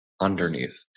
underneath